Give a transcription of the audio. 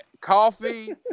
Coffee